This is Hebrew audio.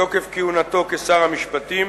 בתוקף כהונתו כשר המשפטים,